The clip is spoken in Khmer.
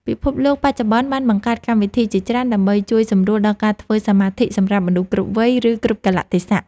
ពិភពលោកបច្ចុប្បន្នបានបង្កើតកម្មវិធីជាច្រើនដើម្បីជួយសម្រួលដល់ការធ្វើសមាធិសម្រាប់មនុស្សគ្រប់វ័យ ឬ គ្រប់កាលៈទេសៈ។